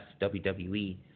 WWE